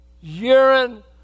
urine